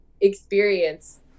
experience